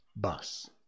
Bus